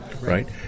right